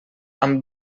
amb